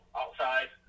outside